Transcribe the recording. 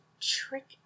trick